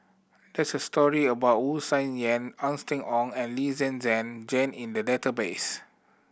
there's a story about Wu Tsai Yen Austen Ong and Lee Zhen Zhen Jane in the database